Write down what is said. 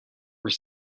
were